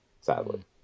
sadly